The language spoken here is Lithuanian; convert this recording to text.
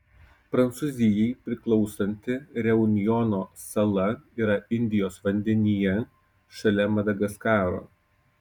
prancūzijai priklausanti reunjono sala yra indijos vandenyje šalia madagaskaro